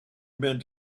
been